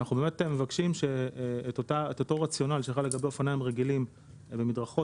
אנחנו באמת מבקשים שאותו רציונל שחל לגבי אופניים רגילים ובמדרכות,